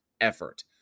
effort